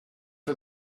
for